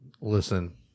Listen